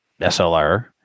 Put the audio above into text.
SLR